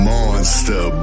Monster